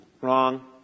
Wrong